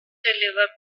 cantilever